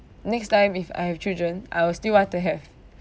next time if I have children I will still want to have